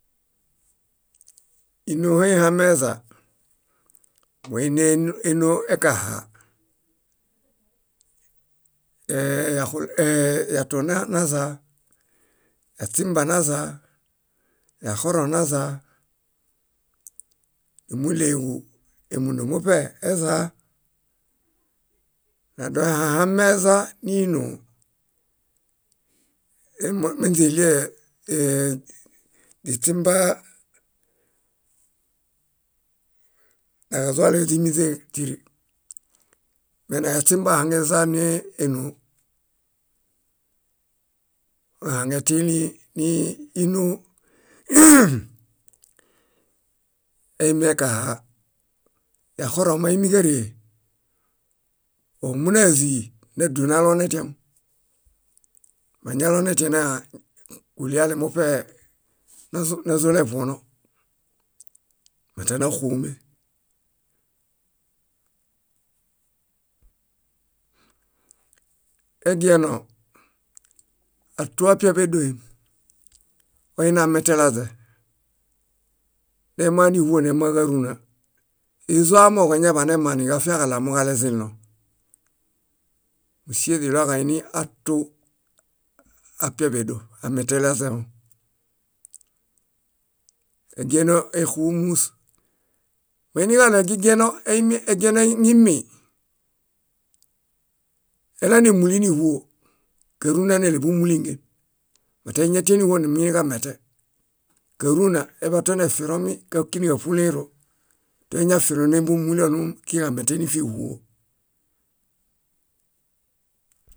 Ínohe ihameza, énoo ekaĥa: ee- ee- yatuon nazaa, yaśimba nazaa, yaxorõ nazaa, númuɭeġu émundu muṗe ezaa. Nadoehãhãmeza níinoo moźiɭie źiśimba naġazualeyo źíminźe tiri mena yaśimba ahaŋeza ni énoo. Ohaŋetiilĩ ni ínoo eimekaĥa. Yaxorõ máimiġaree, ómunazii nádu nalonetiam, mañalonetiam kulialemuṗe názoleḃuono mata náxuume. Egieno, atuapiḃedoem: oiniametelaźe. Nemã níĥuo nemãġaruna. Ézo amooġo eñaḃanemã niġafiaġaɭo amooġo alezĩlõ. Músie źiɭoġa oiniatu ápiaḃedoṗ: ametelaźeom. Egieno éxumus. Moiniġaɭo egigieno eimi egieno eŋimi, élanemuliniĥuo, káruna néleḃumulingen mata eñatia níĥuo numuiniġamete. Káruna eḃatonefiromi, kákiniġaṗulẽero. Toeñafiro oɭum kiġamete nífiĥuo.